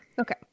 okay